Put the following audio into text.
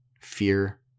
fear